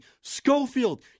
Schofield